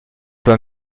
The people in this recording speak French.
toi